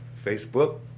Facebook